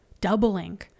doubling